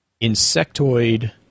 insectoid